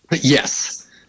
yes